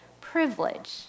privilege